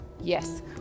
yes